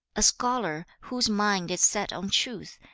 a scholar, whose mind is set on truth,